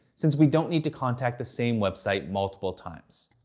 since we don't need to contact the same website multiple times.